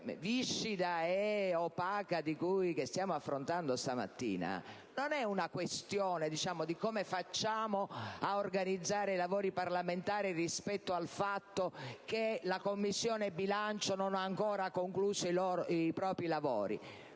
viscida e opaca che stiamo affrontando questa mattina non riguarda il come facciamo a organizzare i lavori parlamentari rispetto al fatto che la Commissione bilancio non ha ancora concluso i propri lavori: